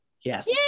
yes